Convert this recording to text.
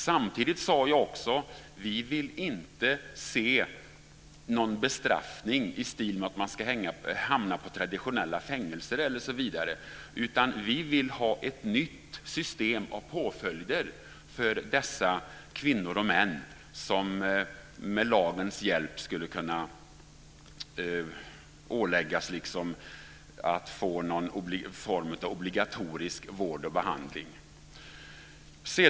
Samtidigt sade jag också att vi inte vill se någon bestraffning i stil med att man ska hamna på traditionella fängelser osv. utan vi vill ha ett nytt system av påföljder för dessa kvinnor och män som med lagens hjälp skulle kunna åläggas att få någon form av obligatorisk vård och behandling.